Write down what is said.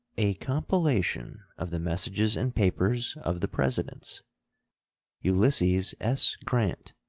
a compilation of the messages and papers of the presidents ulysses s. grant,